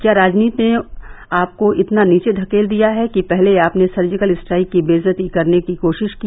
क्या राजनीति ने आपको इतना नीचे धकेल दिया है कि पहले आपने सर्जिकल स्ट्राइक की बेइज्जती करने की कोशिश की